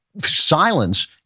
silence